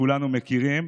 שכולנו מכירים,